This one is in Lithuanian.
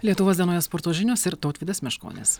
lietuvos dienoje sporto žinios ir tautvydas meškonis